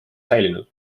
säilinud